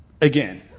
again